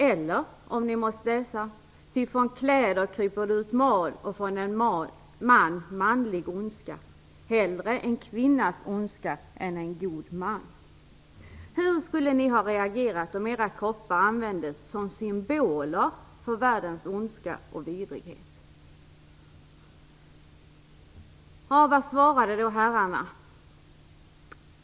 Eller om de hade måst läsa: Ty från kläder kryper det ut mal, och från en man manlig ondska. Hellre en kvinnas ondska än en god mans. Hur skulle de ha reagerat om deras kroppar användes som symboler för världens ondska och vidrighet? Vad svarade då herrarna?